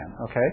Okay